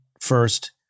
first